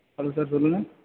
hello sir சொல்லுங்க